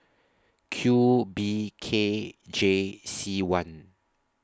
Q B K J C one